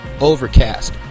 Overcast